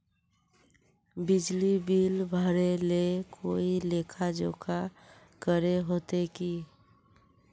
बिजली बिल भरे ले कोई लेखा जोखा करे होते की?